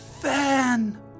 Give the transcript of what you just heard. Fan